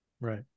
right